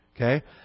Okay